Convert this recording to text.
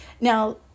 Now